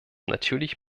natürlich